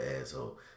asshole